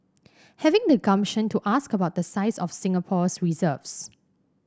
having the gumption to ask about the size of Singapore's reserves